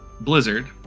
blizzard